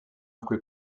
acque